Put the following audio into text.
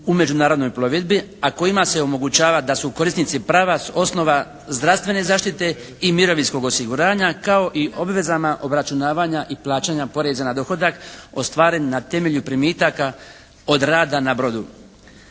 u međunarodnoj plovidbi, a kojima se omogućava da su korisnici pravac, osnova zdravstvene zaštite i mirovinskog osiguranja kao i obvezama obračunavanja i plaćanja poreza na dohodak ostvaren na temelju primitaka od rada na brodu.